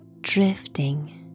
drifting